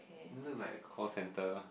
look like a call center